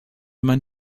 mein